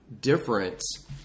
difference